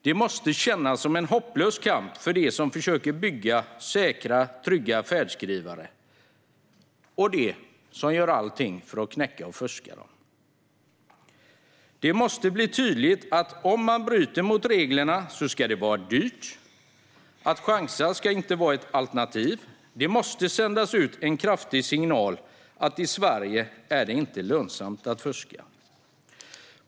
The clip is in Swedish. Det måste kännas som en hopplös kamp för dem som försöker bygga säkra och trygga färdskrivare när vissa gör allt för att fuska. Det måste bli tydligt att om man bryter mot reglerna ska det vara dyrt. Att chansa ska inte vara ett alternativ. Det måste sändas ut en kraftig signal att i Sverige är det inte lönsamt att fuska.